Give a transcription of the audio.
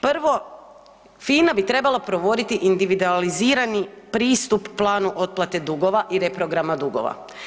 Prvo, FINA bi trebala provoditi individualizirani pristup planu otplate dugova i reprograma dugova.